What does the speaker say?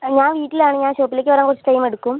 hello വീട്ടിലാണ് ഞാൻ ഷോപ്പിലേക്ക് വരാൻ കുറച്ച് ടൈം എടുക്കും